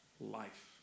life